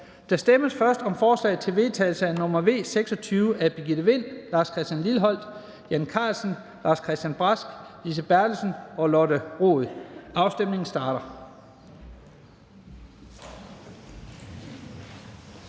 Der stemmes først om forslag til vedtagelse nr. V 26 af Birgitte Vind (S), Lars Christian Lilleholt (V), Jan Carlsen (M), Lars-Christian Brask (LA), Lise Bertelsen (KF) og Lotte Rod (RV), og afstemningen starter.